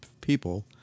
people